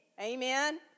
Amen